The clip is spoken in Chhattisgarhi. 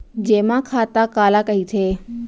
जेमा खाता काला कहिथे?